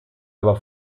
aber